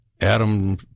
Adam